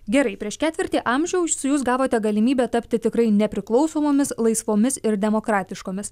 gerai prieš ketvirtį amžiaus jūs gavote galimybę tapti tikrai nepriklausomomis laisvomis ir demokratiškomis